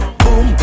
boom